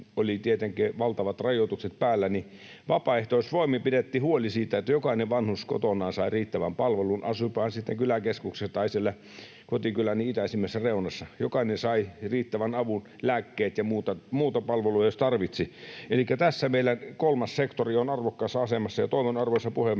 vapaaehtoisvoimin pidettiin huoli siitä, että jokainen vanhus kotonaan sai riittävän palvelun, asuipa hän sitten kyläkeskuksessa tai siellä kotikyläni itäisimmässä reunassa. Jokainen sai riittävän avun, lääkkeet ja muuta palvelua, jos tarvitsi. Elikkä tässä meillä kolmas sektori on arvokkaassa asemassa. Toivon, arvoisa puhemies,